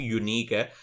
unique